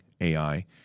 AI